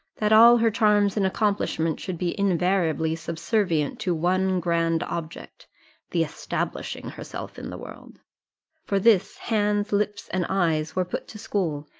that all her charms and accomplishments should be invariably subservient to one grand object the establishing herself in the world for this, hands, lips, and eyes were put to school,